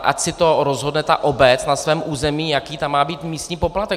Ať si to rozhodne obec na svém území, jaký tam má být místní poplatek.